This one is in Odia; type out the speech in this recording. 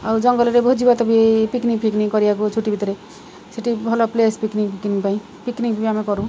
ଆଉ ଜଙ୍ଗଲରେ ଭୋଜି ଭାତ ବି ପିକ୍ନିକ୍ ପିକ୍ନିକ୍ କରିବାକୁ ଛୁଟି ଭିତରେ ସେଠି ଭଲ ପ୍ଲେସ୍ ପିକ୍ନିକ୍ ପିକ୍ନିକ୍ ପାଇଁ ପିକ୍ନିକ୍ ବି ଆମେ କରୁ